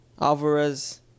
Alvarez